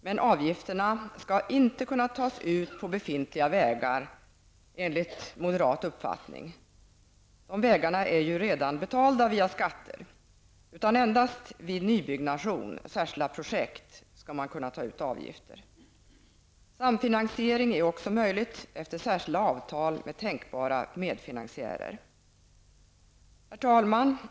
Men avgifterna skall enligt moderat uppfattning inte kunna tas ut på befintliga vägar -- dessa vägar är ju redan betalda via skatter -- utan avgifter skall kunna tas ut endast vid nybyggande, särskilda projekt. Samfinansiering är också möjligt efter särskilda avtal med tänkbara medfinansiärer. Herr talman!